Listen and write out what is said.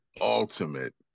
ultimate